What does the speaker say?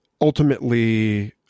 ultimately